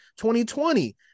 2020